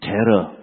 terror